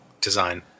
design